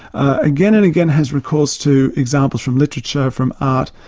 again and again has recourse to examples from literature, from art,